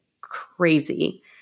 crazy